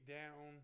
down